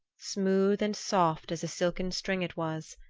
smooth and soft as a silken string it was.